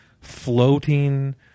floating